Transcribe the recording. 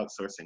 outsourcing